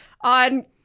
on